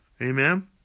Amen